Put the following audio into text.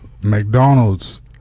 McDonald's